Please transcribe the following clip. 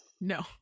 No